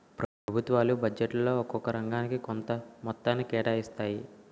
ప్రభుత్వాలు బడ్జెట్లో ఒక్కొక్క రంగానికి కొంత మొత్తాన్ని కేటాయిస్తాయి